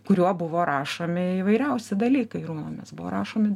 kuriuo buvo rašomi įvairiausi dalykai runomis buvo rašomi